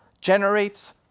generates